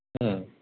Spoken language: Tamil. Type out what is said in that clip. ம்